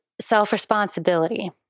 self-responsibility